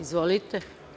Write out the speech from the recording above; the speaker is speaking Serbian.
Izvolite.